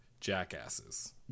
jackasses